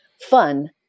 fun